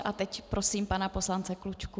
A teď prosím pana poslance Klučku.